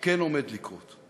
כן עומד לקרות.